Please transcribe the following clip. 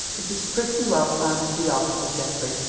it is pretty well time to be off, said geoffrey.